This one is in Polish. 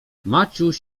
maciuś